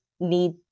need